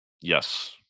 Yes